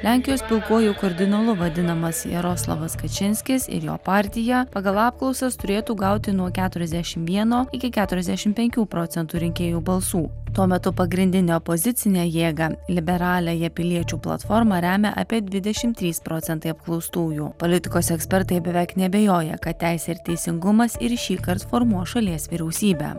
lenkijos pilkuoju kardinolu vadinamas jaroslavas kačinskis ir jo partija pagal apklausas turėtų gauti nuo keturiasdešimt vieno iki keturiasdešimt penkių procentų rinkėjų balsų tuo metu pagrindinę opozicinę jėgą liberaliąją piliečių platformą remia apie dvidešimt trys procentai apklaustųjų politikos ekspertai beveik neabejoja kad teisė ir teisingumas ir šįkart formuos šalies vyriausybę